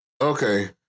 Okay